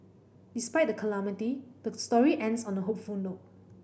despite the calamity the story ends on a hopeful note